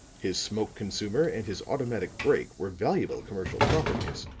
his smoke-consumer, and his automatic brake were valuable commercial properties,